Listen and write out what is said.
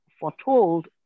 foretold